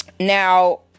Now